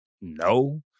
No